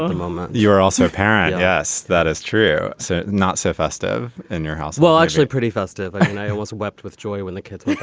ah and moment you are also a parent yes that is true. so not so festive in your house. well actually pretty festive. and and i always wept with joy when the kids.